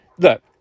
Look